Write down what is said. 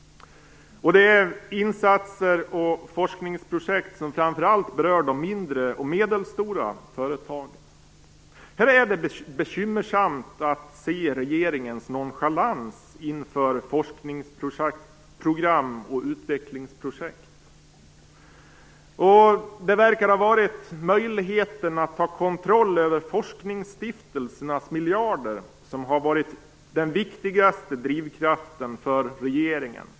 Det är insatser och forskningsprojekt som framför allt berör de mindre och medelstora företagen. Här är det bekymmersamt att se regeringens nonchalans inför forskningsprogram och utvecklingsprojekt. Det verkar ha varit möjligheten att ta kontroll över forskningsstiftelsernas miljarder som har varit den viktigaste drivkraften för regeringen.